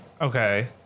Okay